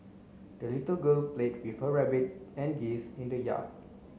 the little girl played with her rabbit and geese in the yard